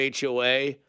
HOA